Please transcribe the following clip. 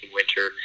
winter